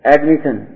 Admission